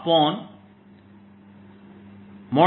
r r